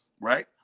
right